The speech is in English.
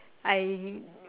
I